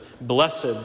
Blessed